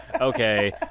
okay